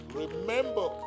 remember